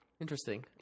Interesting